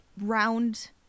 Round